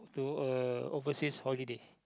to a overseas holiday